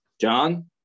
John